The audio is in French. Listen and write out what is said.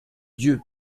dieux